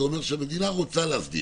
זה אומר שהמדינה רוצה להסדיר.